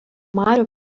marių